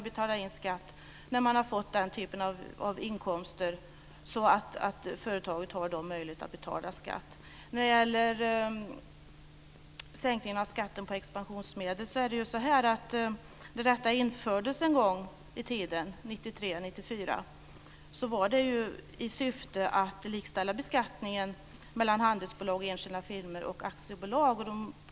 Företaget har då möjlighet att betala in skatt när det har fått inkomster. Möjligheterna till sänkning av skatten på expansionsmedel infördes 1993-1994 i syfte att likställa beskattningen av handelsbolag, enskilda firmor och aktiebolag.